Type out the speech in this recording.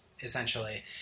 essentially